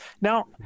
Now